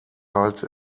halt